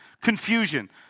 Confusion